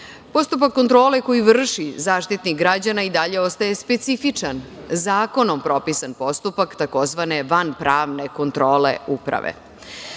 postupak kontrole koji vrši Zaštitnik građana i dalje ostaje specifičan, zakonom propisan postupak, tzv. vanpravne kontrole